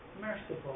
Merciful